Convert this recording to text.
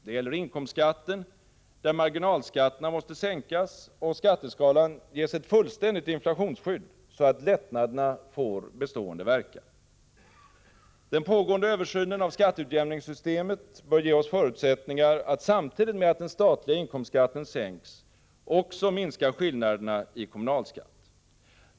Det gäller inkomstskatten, där marginalskatterna måste sänkas och skatteskalan ges ett fullständigt inflationsskydd så att lättnaderna får bestående verkan. Den pågående översynen av skatteutjämningssystemet bör ge oss förutsättningar att, samtidigt med att den statliga inkomstskatten sänks, också minska skillnaderna i kommunalskatt.